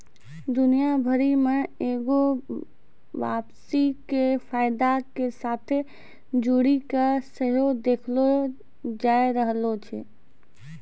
दुनिया भरि मे एगो वापसी के फायदा के साथे जोड़ि के सेहो देखलो जाय रहलो छै